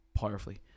powerfully